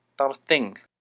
not a thing.